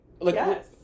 yes